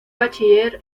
bachiller